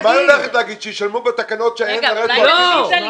היא הולכת לומר שישלמו בתקנות רטרואקטיבית?